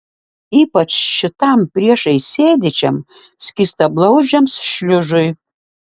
ypač šitam priešais sėdinčiam skystablauzdžiams šliužui